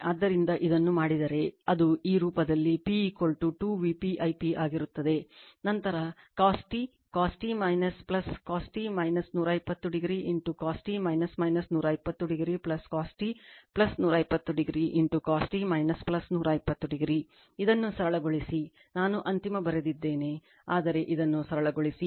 ಆದ್ದರಿಂದ ಇದನ್ನು ಮಾಡಿದರೆ ಅದು ಈ ರೂಪದಲ್ಲಿ p 2 Vp I p ಆಗಿರುತ್ತದೆ ನಂತರ cos t cos t cos t 120o cos t 120o cos t 120o cos t 120 o ಇದನ್ನು ಸರಳಗೊಳಿಸಿ ನಾನು ಅಂತಿಮ ಬರೆದಿದ್ದೇನೆ ಆದರೆ ಇದನ್ನು ಸರಳಗೊಳಿಸಿ